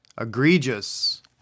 egregious